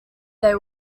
they